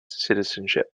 citizenship